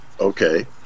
okay